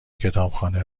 کتابخانه